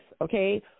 okay